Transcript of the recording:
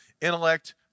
intellect